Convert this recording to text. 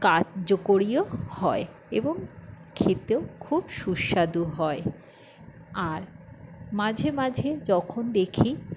কার্যকরীও হয় এবং খেতেও খুব সুস্বাদু হয় আর মাঝে মাঝে যখন দেখি